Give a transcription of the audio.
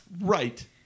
Right